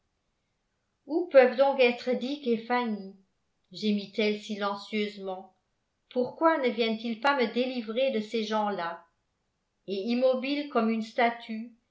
où peuvent donc être dick et fanny gémit-elle silencieusement pourquoi ne viennent-ils pas me délivrer de ces gens-là et immobile comme une statue